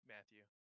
Matthew